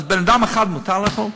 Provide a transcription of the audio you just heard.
אז בן-אדם אחד מותר להרוג?